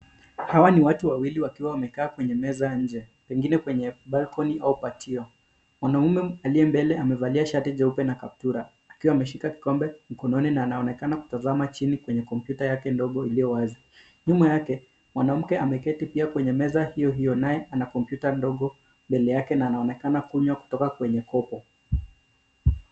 Hawa ni watu wawili wakiwa wamekaa kwenye meza nje pengine kwenye balkoni au patio. Mwanaume aliye mbele amevalia shati jeupe na kaptula akiwa ameshika kikombe mkononi na anaonekana kutazama chini kwenye kompyuta yake ndogo iliyo wazi. Nyuma yake mwanamke ameketi pia kwenye meza hiyo hiyo naye ana kompyuta ndogo mbele yake na anaonekana kunywa kutoka kwenye kopo.